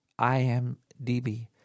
IMDB